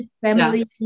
family